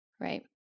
right